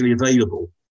available